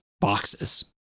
boxes